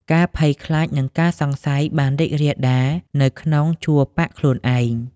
ការភ័យខ្លាច និងការសង្ស័យបានរីករាលដាលនៅក្នុងជួរបក្សខ្លួនឯង។